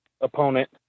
opponent